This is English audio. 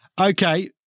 Okay